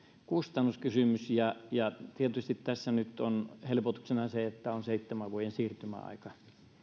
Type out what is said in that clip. kustannuskysymys tietysti tässä nyt on helpotuksena se että on seitsemän vuoden siirtymäaika